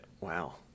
wow